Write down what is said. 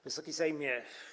Wysoki Sejmie!